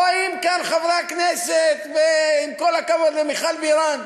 באים כאן חברי הכנסת, ועם כל הכבוד למיכל בירן,